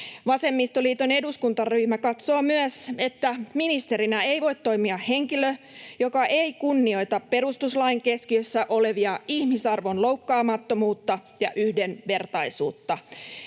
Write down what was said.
Vasemmistoliiton eduskuntaryhmä katsoo myös, että ministerinä ei voi toimia henkilö, joka ei kunnioita perustuslain keskiössä olevia ihmisarvon loukkaamattomuutta ja yhdenvertaisuutta.